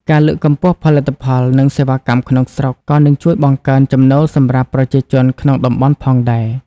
ការលើកកម្ពស់ផលិតផល និងសេវាកម្មក្នុងស្រុក ក៏នឹងជួយបង្កើនចំណូលសម្រាប់ប្រជាជនក្នុងតំបន់ផងដែរ។